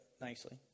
nicely